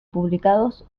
publicados